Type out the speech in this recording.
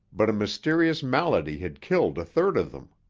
but a mysterious malady had killed a third of them.